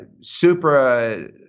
super